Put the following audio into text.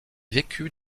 vécut